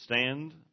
stand